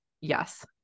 yes